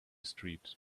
street